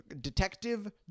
detective